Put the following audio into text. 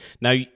Now